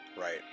right